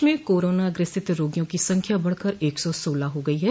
प्रदेश में कोरोना ग्रसित रोगियों की संख्या बढ़कर एक सौ सोलह हो गयी है